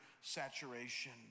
saturation